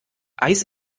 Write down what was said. eis